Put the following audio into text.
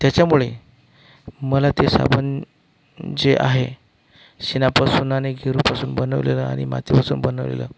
त्याच्यामुळे मला ते साबण जे आहे शेणापासून आणि गेरुपासून बनवलेला आणि मातीपासून बनवलेला